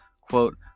Quote